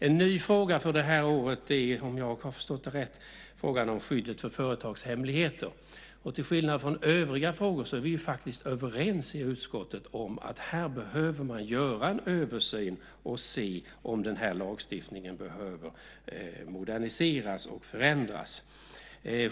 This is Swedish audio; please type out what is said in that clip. En ny fråga för det här året är - om jag har förstått det rätt - skyddet för företagshemligheter. Till skillnad från övriga frågor är vi faktiskt överens om i utskottet att man här behöver göra en översyn och se om lagstiftningen behöver moderniseras och förändras.